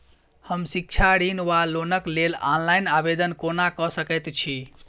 हम शिक्षा ऋण वा लोनक लेल ऑनलाइन आवेदन कोना कऽ सकैत छी?